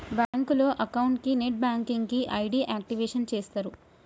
బ్యాంకులో అకౌంట్ కి net banking కి ఐడి యాక్టివేషన్ చేస్తరు